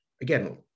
again